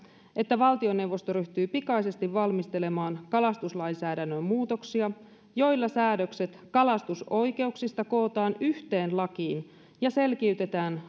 että valtioneuvosto ryhtyy pikaisesti valmistelemaan kalastuslainsäädännön muutoksia joilla säädökset kalastusoikeuksista kootaan yhteen lakiin ja selkiytetään